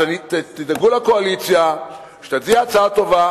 אז תדאגו לקואליציה שתציע הצעה טובה.